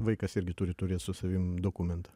vaikas irgi turi turėt su savim dokumentą